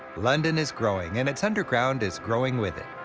london is growing and its underground is growing with it.